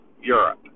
Europe